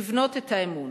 לבנות את האמון.